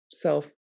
self